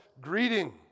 greeting